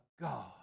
God